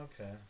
okay